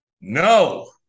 No